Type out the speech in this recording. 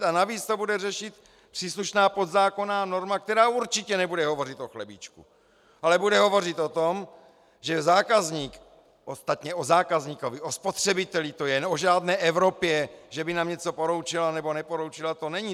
A navíc to bude řešit příslušná podzákonná norma, která určitě nebude hovořit o chlebíčku, ale bude hovořit o tom, že zákazník ostatně o zákazníkovi, o spotřebiteli to je, ne o žádné Evropě, že by nám něco poroučela, nebo neporoučela, to není.